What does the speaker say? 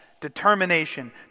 determination